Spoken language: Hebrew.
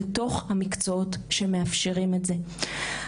לתוך המקצועות שמאפשרים את זה.